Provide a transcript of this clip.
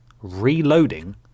reloading